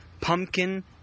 Pumpkin